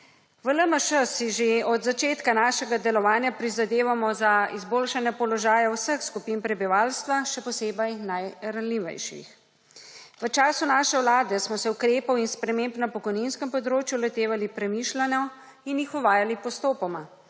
V LMŠ si že od začetka našega delovanja prizadevamo za izboljšanje položaja vseh skupin prebivalstva, še posebej najranljivejših. V času naše vlade smo se ukrepov in sprememb na pokojninskem področju lotevali premišljeno in jih uvajali postopoma,